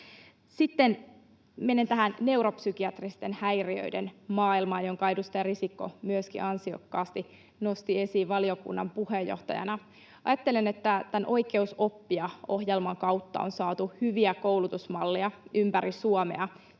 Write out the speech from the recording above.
Sitten menen tähän neuropsykiatristen häiriöiden maailmaan, jonka edustaja Risikko myöskin ansiokkaasti nosti esiin valiokunnan puheenjohtajana. Ajattelen, että tämän Oikeus oppia ‑ohjelman kautta on saatu ympäri Suomea